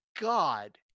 god